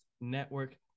network